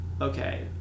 Okay